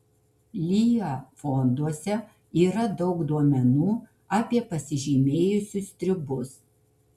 lya fonduose yra daug duomenų apie pasižymėjusius stribus